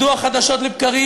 מדוע חדשות לבקרים,